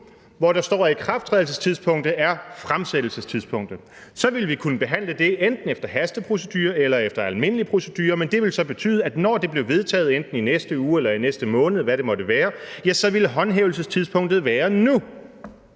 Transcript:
hvor der står, at ikrafttrædelsestidspunktet er fremsættelsestidspunktet, så ville vi kunne behandle det enten efter en hasteprocedure eller efter en almindelig procedure, men det ville så betyde, når det blev vedtaget enten i næste uge eller i næste måned, eller hvad det måtte være, at håndhævelsestidspunktet ville være nu.